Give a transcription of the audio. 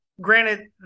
granted